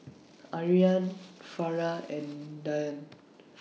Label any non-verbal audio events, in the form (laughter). (noise) Aryan Farah and Dian